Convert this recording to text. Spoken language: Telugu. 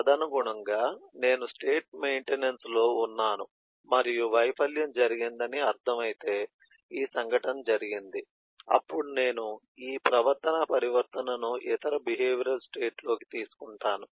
తదనుగుణంగా నేను స్టేట్ మెయింటెనెన్స్లో ఉన్నాను మరియు వైఫల్యం జరిగిందని అర్థం అయితే ఈ సంఘటన జరిగింది అప్పుడు నేను ఈ ప్రవర్తనా పరివర్తనను ఇతర బిహేవియరల్ స్టేట్ లోకి తీసుకుంటాను